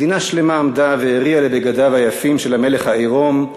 מדינה שלמה עמדה והריעה לבגדיו היפים של המלך העירום,